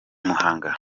muhanga